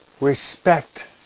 respect